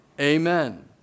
Amen